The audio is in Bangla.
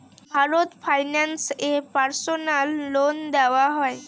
ভারত ফাইন্যান্স এ পার্সোনাল লোন দেওয়া হয়?